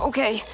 Okay